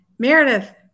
Meredith